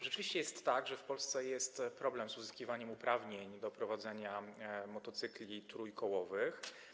Rzeczywiście jest tak, że w Polsce jest problem z uzyskiwaniem uprawnień do prowadzenia motocykli trójkołowych.